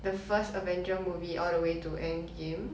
the first avenger movie all the way to end game